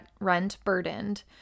rent-burdened